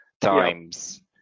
times